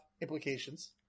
implications